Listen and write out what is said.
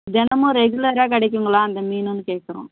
தினமும் ரெகுலராக கிடைக்குங்களா அந்த மீன்னு கேட்குறோம்